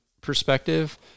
perspective